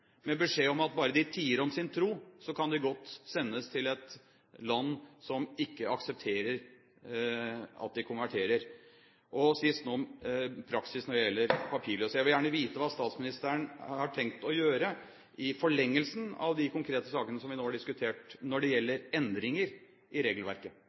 med beskjed om at bare de tier om sin tro, kan de godt sendes til et land som ikke aksepterer at de konverterer, og sist nå når det gjelder praksis med hensyn til papirløse. Jeg vil gjerne vite hva statsministeren har tenkt å gjøre i forlengelsen av de konkrete sakene som vi nå har diskutert, når det gjelder endringer i regelverket.